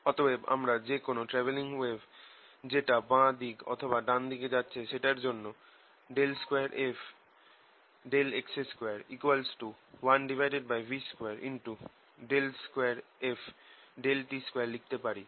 অতএব আমরা যে কোন ট্রাভেলিং ওয়েভ যেটা বাঁ দিক অথবা ডান দিকে যাচ্ছে সেটার জন্য 2fx2 1v22ft2 লিখতে পারি